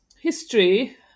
history